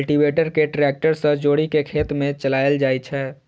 cultivator कें tractor सं जोड़ि कें खेत मे चलाएल जाइ छै